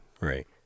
right